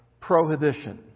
prohibition